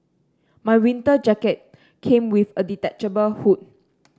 my winter jacket came with a detachable hood